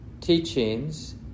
teachings